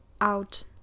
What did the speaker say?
out